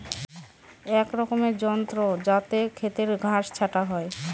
এক রকমের যন্ত্র যাতে খেতের ঘাস ছাটা হয়